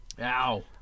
Ow